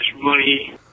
money